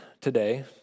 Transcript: today